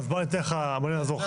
אז בוא אני אעזור לך, בסדר?